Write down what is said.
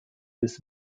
bis